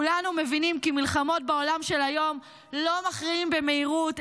כולנו מבינים כי בעולם של היום לא מכריעים מלחמות במהירות,